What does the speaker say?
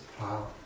Wow